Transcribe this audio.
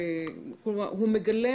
בשחור, זה הנוסח המקורי.